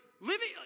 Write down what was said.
living